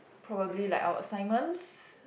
probably like our assignments